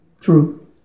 True